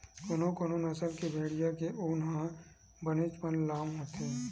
कोनो कोनो नसल के भेड़िया के ऊन ह बनेचपन लाम होथे